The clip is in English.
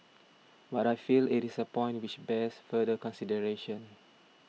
but I feel it is a point which bears further consideration